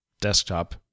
desktop